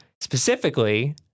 specifically